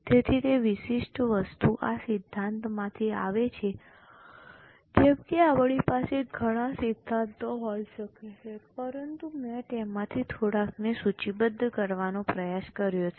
તેથી તે વિશિષ્ટ વસ્તુ આ સિદ્ધાંતમાંથી આવે છે જેમ કે આપણી પાસે ઘણા સિદ્ધાંતો હોઈ શકે છે પરંતુ મેં તેમાંથી થોડાકને સૂચિબદ્ધ કરવાનો પ્રયાસ કર્યો છે